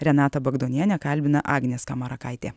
renatą bagdonienę kalbina agnė skamarakaitė